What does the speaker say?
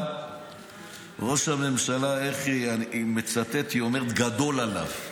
ראש הממשלה, אני מצטט, היא אומרת: גדול עליו.